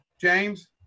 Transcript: James